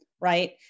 right